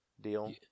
deal